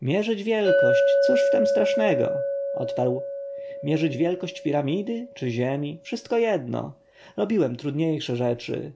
mierzyć wielkość cóż w tem strasznego odparł mierzyć wielkość piramidy czy ziemi wszystko jedno robiłem trudniejsze rzeczy